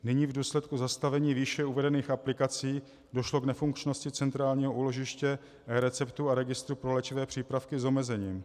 Nyní v důsledku zastavení výše uvedených aplikací došlo k nefunkčnosti centrálního úložiště receptů a registru pro léčivé přípravky s omezením.